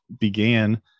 began